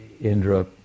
Indra